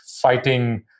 fighting